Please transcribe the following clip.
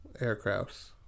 aircrafts